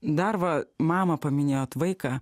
dar va mamą paminėjot vaiką